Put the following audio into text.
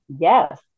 Yes